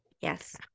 Yes